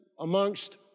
amongst